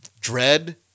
dread